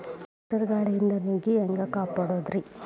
ಸುಂಟರ್ ಗಾಳಿಯಿಂದ ನುಗ್ಗಿ ಹ್ಯಾಂಗ ಕಾಪಡೊದ್ರೇ?